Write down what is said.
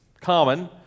common